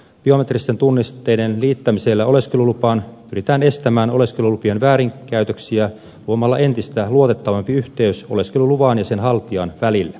biometristen tunnisteiden liittämisellä oleskelulupaan pyritään estämään oleskelulupien väärinkäytöksiä luomalla entistä luotettavampi yhteys oleskeluluvan ja sen haltijan välille